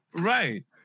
right